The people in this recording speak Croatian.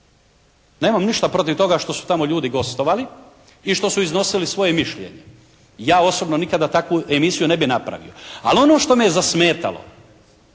Nemam ništa protiv toga što su tamo ljudi gostovali i što su iznosili svoje mišljenje. Ja osobno nikada takvu emisiju ne bi napravio. Ali ono što me je zasmetalo,